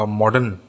modern